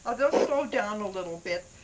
ah they'll slow down a little bit.